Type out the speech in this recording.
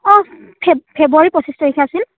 অ' ফে ফেব্ৰুৱাৰী পঁচিছ তাৰিখে আছিল